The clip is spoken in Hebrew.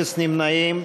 אפס נמנעים.